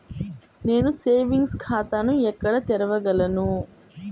నేను సేవింగ్స్ ఖాతాను ఎక్కడ తెరవగలను?